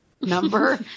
number